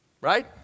Right